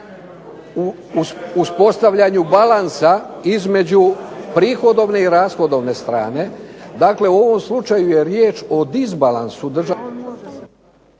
uspostavljanju balansa između prihodovne i rashodovne strane, dakle u ovom slučaju je riječ od disbalansu …/Govornik